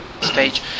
stage